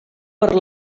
per